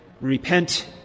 repent